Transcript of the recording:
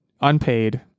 unpaid